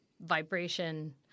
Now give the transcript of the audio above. vibration